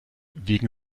wegen